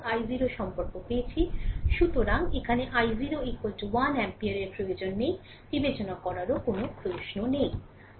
সুতরাং এখানে i0 1 অ্যাম্পিয়ারের প্রয়োজন নেই বিবেচনা করার কোনও প্রশ্ন নেই